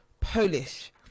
polish